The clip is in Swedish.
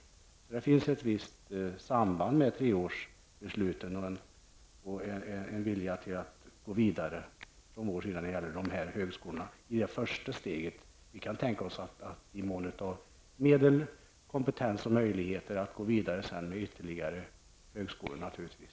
Så det finns ett visst samband med treårsbesluten och en vilja från vår sida att gå vidare. Det här är första steget, och vi kan tänka oss -- i mån av medel, kompetens och möjligheter i övrigt -- att gå vidare med ytterligare högskolor, naturligtvis.